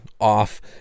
off